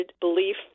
belief